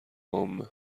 عامه